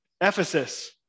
Ephesus